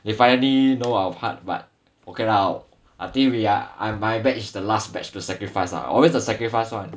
if I only know out of heart but okay lah I think we are I'm my batch is the last batch to sacrifice ah always the sacrifice [one]